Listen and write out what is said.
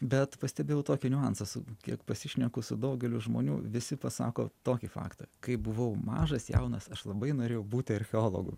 bet pastebėjau tokį niuansą su kiek pasišneku su daugeliu žmonių visi pasako tokį faktą kai buvau mažas jaunas aš labai norėjau būti archeologu